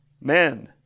men